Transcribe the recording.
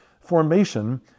formation